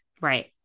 Right